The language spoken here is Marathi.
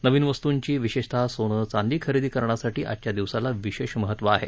नवीन वस्तूंची विशेषतः सोनं चांदी खरेदी करण्यासाठी आजच्या दिवसाला विशेष महत्त्व आहे